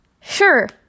Sure